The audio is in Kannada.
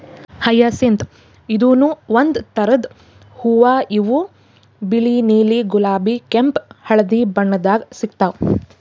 ಹಯಸಿಂತ್ ಇದೂನು ಒಂದ್ ಥರದ್ ಹೂವಾ ಇವು ಬಿಳಿ ನೀಲಿ ಗುಲಾಬಿ ಕೆಂಪ್ ಹಳ್ದಿ ಬಣ್ಣದಾಗ್ ಸಿಗ್ತಾವ್